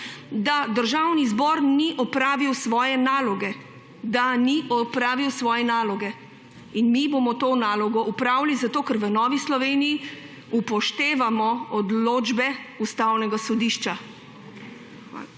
da Državni zbor ni opravil svoje naloge. Da ni opravil svoje naloge. In mi bomo to nalogo opravili, zato ker v Novi Sloveniji upoštevamo odločbe Ustavnega sodišča.